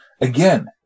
Again